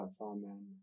Amen